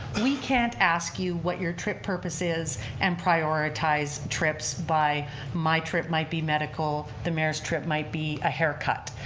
we can't ask you what your trip purpose is and prioritize trips by my trip might be medical, the mayor's trip might be a haircut.